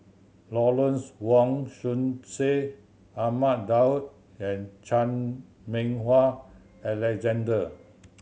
Lawrence Wong Shyun Tsai Ahmad Daud and Chan Meng Wah Alexander